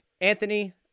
Anthony